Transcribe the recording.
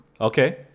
Okay